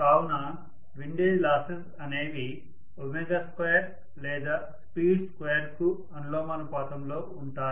కావున windage losses అనేవి 2 లేదా speed2కు అనులోమానుపాతం లో ఉంటాయి